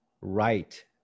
right